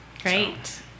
Great